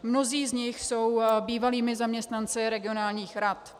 Mnozí z nich jsou bývalými zaměstnanci regionálních rad.